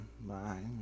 Bye